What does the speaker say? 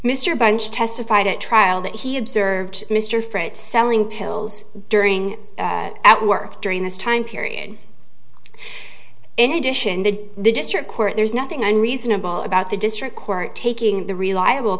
mr bunch testified at trial that he observed mr freights selling pills during at work during this time period in addition the the district court there's nothing unreasonable about the district court taking the reliable